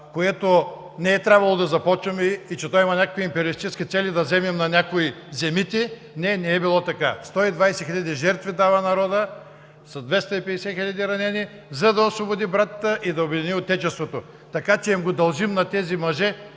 което не е трябвало да започваме, че има някакви империалистически цели, да вземем на някой земите, не, не е било така! Сто и двадесет хиляди жертви дава народът с 250 хиляди ранени, за да освободи братята и да обедини Отечеството. Така че го дължим на тези мъже,